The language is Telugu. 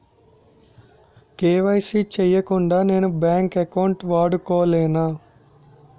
కే.వై.సీ చేయకుండా నేను బ్యాంక్ అకౌంట్ వాడుకొలేన?